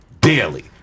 daily